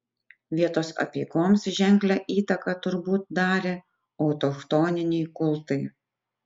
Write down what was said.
vietos apeigoms ženklią įtaką turbūt darė autochtoniniai kultai